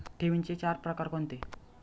ठेवींचे चार प्रकार कोणते?